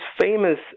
famous